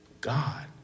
God